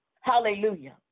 Hallelujah